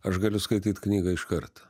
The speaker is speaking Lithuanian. aš galiu skaityt knygą iškart